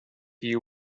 you